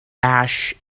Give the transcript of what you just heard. ash